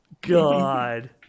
God